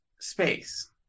space